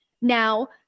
Now